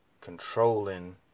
controlling